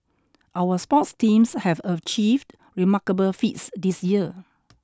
our sports teams have achieved remarkable feats this year